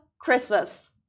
Christmas